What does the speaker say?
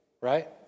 right